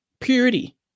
purity